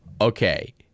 Okay